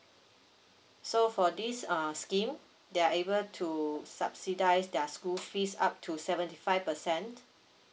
so for this err scheme they are able to subsidise their school fees up to seventy five percent